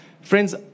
friends